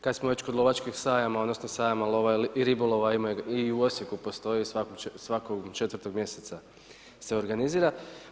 Kad smo već kod lovačkih sajama, odnosno sajama lova i ribolova ima i u Osijeku postoji svakog četvrtog mjeseca se organizira.